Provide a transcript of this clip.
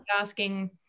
asking